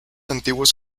antiguos